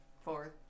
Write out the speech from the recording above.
fourth